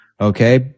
Okay